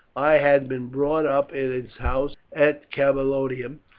i had been brought up at his house at camalodunum,